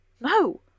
no